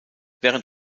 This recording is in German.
während